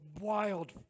wild